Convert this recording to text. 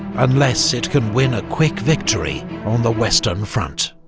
unless it can win a quick victory on the western front.